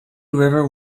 river